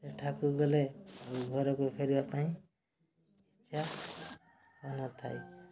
ସେଠାକୁ ଗଲେ ଘରକୁ ଫେରିବା ପାଇଁ ଇଚ୍ଛା ହଉନଥାଏ